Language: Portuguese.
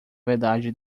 verdade